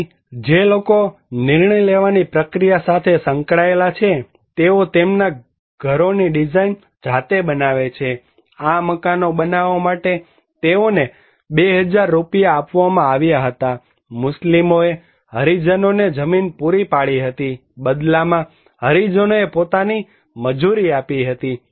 તેથી જે લોકો નિર્ણય લેવાની પ્રક્રિયા સાથે સંકળાયેલા છે તેઓ તેમના ઘરોની ડિઝાઇન જાતે બનાવે છે આ મકાનો બનાવવા માટે તેઓને 2000 રૂપિયા આપવામાં આવ્યા હતા મુસ્લિમોએ હરિજનોને જમીન પૂરી પાડી હતી અને બદલામાં હરિજનોએ પોતાની મજૂરી આપી હતી